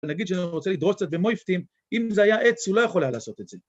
‫נגיד שאני רוצה לדרוש קצת במופתים, ‫אם זה היה עץ, ‫הוא לא יכול היה לעשות את זה.